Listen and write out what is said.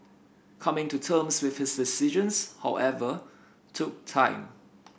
coming to terms with his decisions however took time